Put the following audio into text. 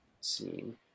scene